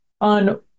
on